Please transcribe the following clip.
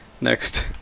next